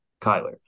Kyler